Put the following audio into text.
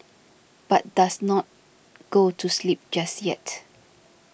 but does not go to sleep just yet